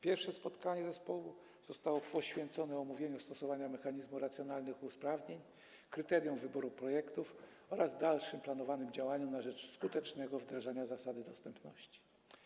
Pierwsze spotkanie zespołu zostało poświęcone omówieniu stosowania mechanizmu racjonalnych usprawnień, kryteriom wyboru projektów oraz dalszym planowanym działaniom na rzecz skutecznego wdrażania zasady dostępności.